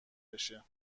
بشه